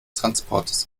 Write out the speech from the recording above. transportes